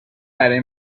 برای